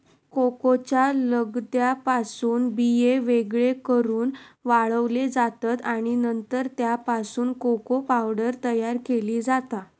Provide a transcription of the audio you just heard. कोकोच्या लगद्यापासून बिये वेगळे करून वाळवले जातत आणि नंतर त्यापासून कोको पावडर तयार केली जाता